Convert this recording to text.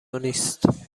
نیست